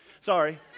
Sorry